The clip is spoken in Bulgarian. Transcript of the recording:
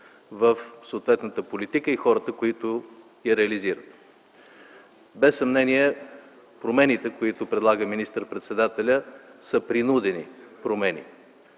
в съответната политика и хората, които я реализират. Без съмнение, промените, които предлага министър-председателят, са принудени промени.